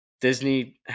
Disney